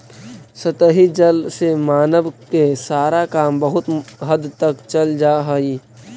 सतही जल से मानव के सारा काम बहुत हद तक चल जा हई